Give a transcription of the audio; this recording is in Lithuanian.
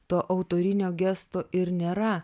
to autorinio gesto ir nėra